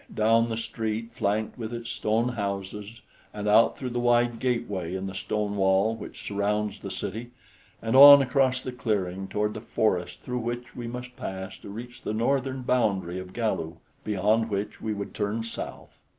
down the street flanked with its stone houses and out through the wide gateway in the stone wall which surrounds the city and on across the clearing toward the forest through which we must pass to reach the northern boundary of galu, beyond which we would turn south.